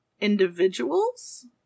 individuals